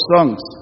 Songs